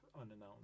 unannounced